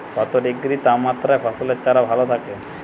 কত ডিগ্রি তাপমাত্রায় ফসলের চারা ভালো থাকে?